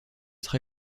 très